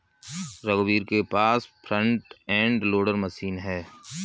रघुवीर के पास फ्रंट एंड लोडर मशीन है